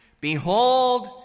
Behold